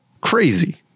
Crazy